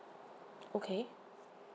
okay